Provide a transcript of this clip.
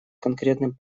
конкретным